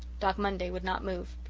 dog monday would not move.